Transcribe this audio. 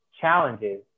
challenges